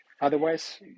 otherwise